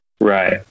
Right